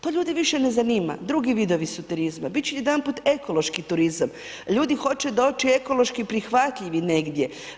To ljude više ne zanima, drugi vidovi su turizma, bit će jedanput ekološki turizam, ljudi hoće doći ekološki prihvatljivi negdje.